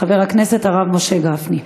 חבר הכנסת הרב משה גפני.